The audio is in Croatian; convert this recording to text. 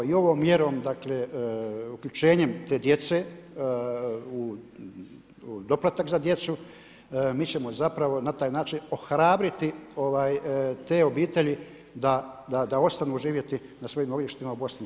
A evo i ovom mjerom dakle uključenjem te djece u doplatak za djecu mi ćemo zapravo na taj način ohrabriti te obitelji da ostanu živjeti na svojim ognjištima u BiH-a.